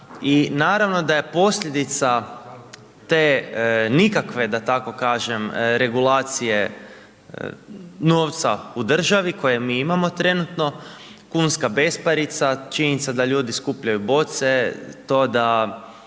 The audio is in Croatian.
I naravno da je posljedica te nikakve da tako kažem regulacije novca u državi koju mi imamo trenutno kunska besparica, činjenica da ljudi skupljaju boce, to da